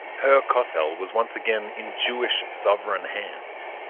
her kotel was once again in jewish sovereign hands.